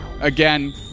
again